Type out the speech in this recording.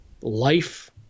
life